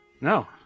No